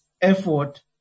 effort